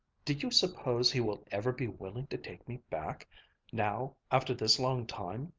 do you suppose he will ever be willing to take me back now after this long time?